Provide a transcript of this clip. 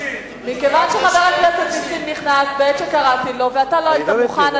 מכיוון שחבר הכנסת נסים נכנס בעת שקראתי לו ואתה לא היית מוכן,